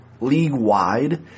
league-wide